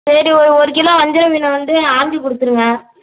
சரி ஒரு ஒரு கிலோ வஞ்சரமீன் வந்து ஆஞ்சி கொடுத்துடுங்க